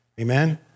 Amen